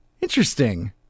Interesting